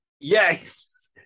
Yes